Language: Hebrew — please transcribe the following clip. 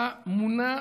אתה מונע